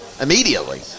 Immediately